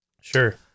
Sure